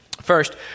First